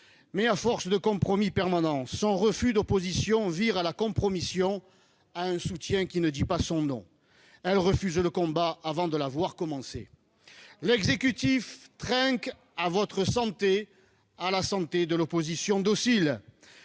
! À force de compromis permanents, son refus de l'opposition vire à la compromission, à un soutien qui ne dit pas son nom. La droite sénatoriale refuse le combat avant de l'avoir commencé ! L'exécutif trinque à votre santé, à la santé de l'opposition docile